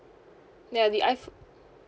ya the iphone